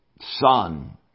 son